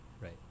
right